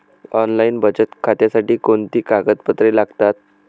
Online बचत खात्यासाठी कोणती कागदपत्रे लागतात?